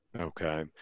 Okay